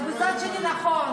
אז מצד שני, נכון.